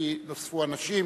כי נוספו אנשים,